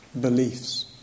beliefs